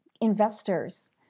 investors